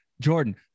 jordan